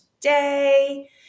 today